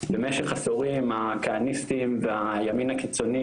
במשך עשורים הכהניסטים והימין הקיצוני,